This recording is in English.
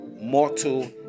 Mortal